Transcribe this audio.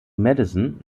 madison